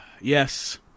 Yes